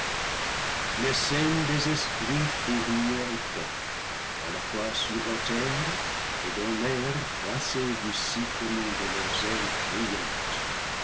l'essaim des esprits fourmille épais à la fois sur la terre et dans l'air froissé du sifflement de leurs ailes bruyantes